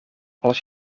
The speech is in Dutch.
als